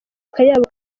akayabo